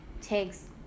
takes